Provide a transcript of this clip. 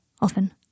often